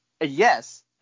Yes